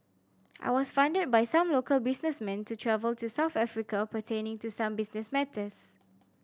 I was funded by some local businessmen to travel to South Africa pertaining to some business matters